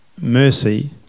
mercy